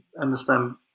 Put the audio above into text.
understand